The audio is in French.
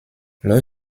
leur